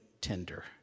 tender